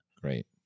Great